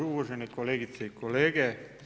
Uvažene kolegice i kolege.